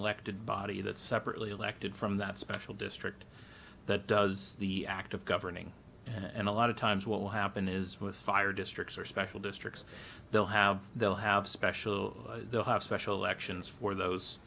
elected body that's separately elected from that special district that does the act of governing and a lot of times what will happen is with fire districts or special districts they'll have they'll have special they'll have special elections for those